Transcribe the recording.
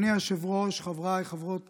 אדוני היושב-ראש, חבריי חברות